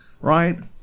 right